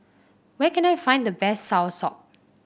where can I find the best soursop